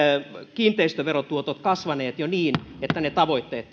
kiinteistöverotuotot kasvaneet jo niin että tavoitteet